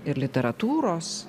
ir literatūros